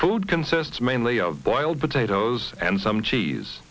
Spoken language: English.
food consists mainly of boiled potatoes and some cheese